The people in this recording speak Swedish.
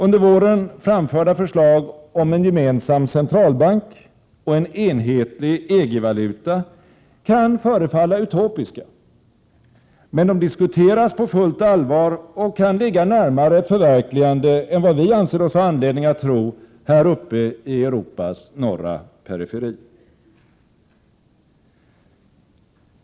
Under våren framförda förslag om en gemensam centralbank och en enhetlig EG-valuta kan förefalla utopiska, men de diskuteras på fullt allvar och kan ligga närmare ett förverkligande än vad vi anser oss ha anledning att tro här uppe i Europas norra periferi.